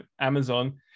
Amazon